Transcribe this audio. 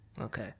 okay